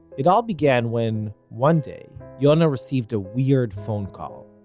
it all began when one day yonah received a weird phone call,